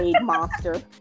monster